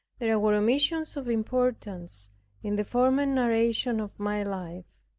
there were omissions of importance in the former narration of my life.